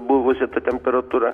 buvusi ta temperatūra